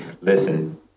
listen